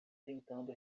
tentando